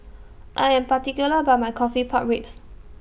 I Am particular about My Coffee Pork Ribs